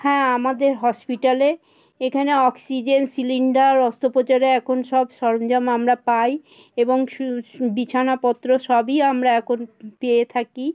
হ্যাঁ আমাদের হসপিটালে এখানে অক্সিজেন সিলিন্ডার অস্ত্রোপচারে এখন সব সরঞ্জাম আমরা পাই এবং বিছানাপত্র সবই আমরা এখন পেয়ে থাকি